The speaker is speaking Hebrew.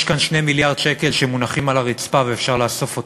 יש כאן 2 מיליארד שקל שמונחים על הרצפה ואפשר לאסוף אותם.